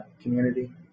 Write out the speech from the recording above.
community